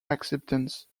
acceptance